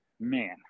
man